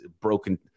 broken